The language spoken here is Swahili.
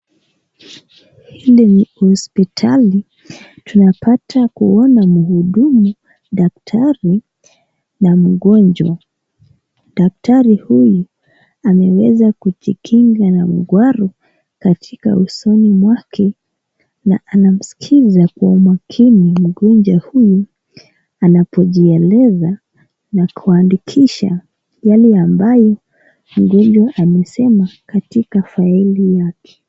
Hili ni hospitali tunapata kuona mhudumu daktari na mgonjwa. Daktari huyu ameweza kujikinga na katika usoni mwake na anamsikiza kwa makini mgonjwa huyu anapojieleza na kuandikisha yale ambayo mgonjwa amesema katika faili yake.